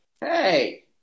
Hey